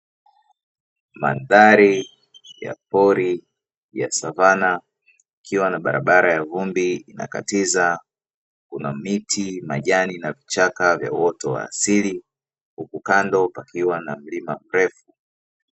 Mandhari ya pori ya savana ikiwa na barabara ya vumbi inakatiza kuna miti, majani na vichaka vya uoto wa asili huku kando pakiwa na milima mirefu.